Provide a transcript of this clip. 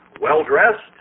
well-dressed